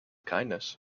kindness